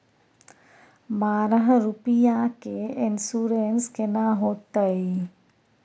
बारह रुपिया के इन्सुरेंस केना होतै?